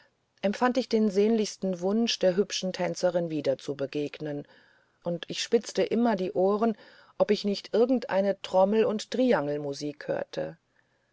empfand ich den sehnlichsten wunsch der hübschen tänzerin wieder zu begegnen und ich spitzte immer die ohren ob ich nicht irgendeine trommel und triangelmusik hörte